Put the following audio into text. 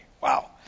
Wow